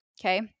Okay